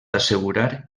assegurar